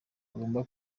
agomba